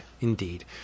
Indeed